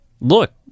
look